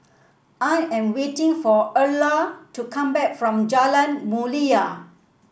I am waiting for Erla to come back from Jalan Mulia